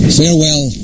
farewell